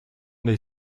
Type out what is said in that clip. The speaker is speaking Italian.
del